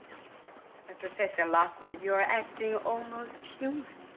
and professor lockwood you're acting almost human